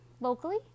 locally